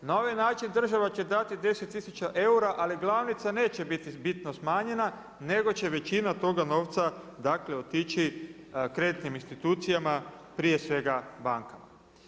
Na ovaj način država će dati 10000 eura, ali glavnica neće biti bitno smanjena, nego će većina toga novca, dakle otići kreditnim institucijama prije svega bankama.